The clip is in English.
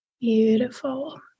Beautiful